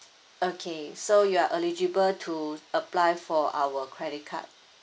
okay so you are eligible to apply for our credit card